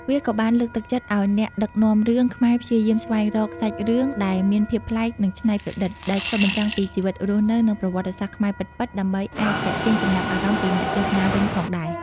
វាក៏បានលើកទឹកចិត្តឲ្យអ្នកដឹកនាំរឿងខ្មែរព្យាយាមស្វែងរក សាច់រឿងដែលមានភាពប្លែក និងច្នៃប្រឌិត ដែលឆ្លុះបញ្ចាំងពីជីវិតរស់នៅ និងប្រវត្តិសាស្ត្រខ្មែរពិតៗ ដើម្បីអាចទាក់ទាញចំណាប់អារម្មណ៍ពីអ្នកទស្សនាវិញផងដែរ។